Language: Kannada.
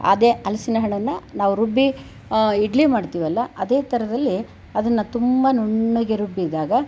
ಅದೇ ಹಲಸಿನ ಹಣ್ಣನ್ನು ನಾವು ರುಬ್ಬಿ ಇಡ್ಲಿ ಮಾಡ್ತೀವಲ್ಲ ಅದೇ ಥರದಲ್ಲಿ ಅದನ್ನು ತುಂಬ ನುಣ್ಣಗೆ ರುಬ್ಬಿದಾಗ